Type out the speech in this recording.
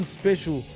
special